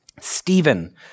Stephen